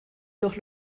durch